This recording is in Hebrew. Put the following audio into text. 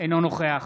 אינו נוכח